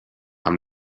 amb